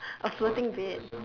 a floating bed